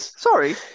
Sorry